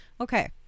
Okay